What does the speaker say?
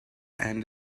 and